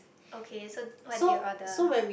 okay so what they ordered